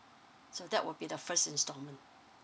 so that will be the first instalment